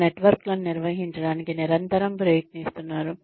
మన నెట్వర్క్లను నిర్వహించడానికి నిరంతరం ప్రయత్నిస్తున్నారు